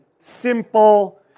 simple